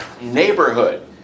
neighborhood